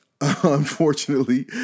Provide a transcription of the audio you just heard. unfortunately